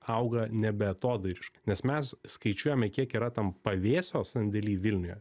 auga ne beatodairiškai nes mes skaičiuojame kiek yra tam pavėsio sandėly vilniuje